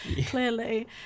clearly